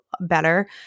better